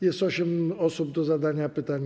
Jest osiem osób do zadania pytań.